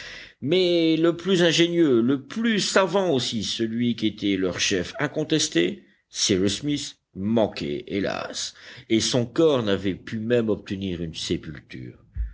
mais le plus ingénieux le plus savant aussi celui qui était leur chef incontesté cyrus smith manquait hélas et son corps n'avait pu même obtenir une sépulture